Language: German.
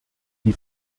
die